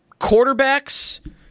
Quarterbacks